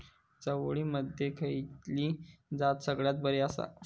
चवळीमधली खयली जात सगळ्यात बरी आसा?